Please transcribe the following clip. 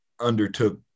undertook